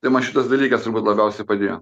tai man šitas dalykas turbūt labiausiai padėjo